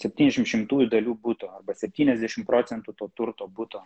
septyniasdešim šimtųjų dalių buto arba septyniasdešim procentų to turto buto